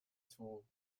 tool